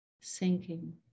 sinking